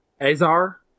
Azar